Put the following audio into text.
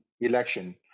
election